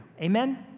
Amen